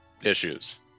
issues